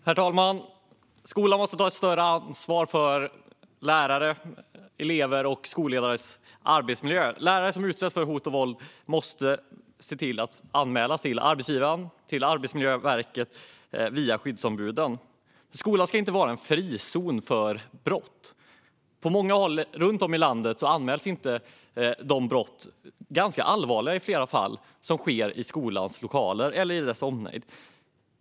Herr talman! Skolan måste ta ett större ansvar för lärares, elevers och skolledares arbetsmiljö. När lärare utsätts för hot och våld måste detta anmälas till arbetsgivaren och till Arbetsmiljöverket via skyddsombuden. Skolan ska inte vara en frizon för brott. På många håll i landet anmäls inte de brott - ganska allvarliga i flera fall - som sker i skolans lokaler eller i dess omnejd.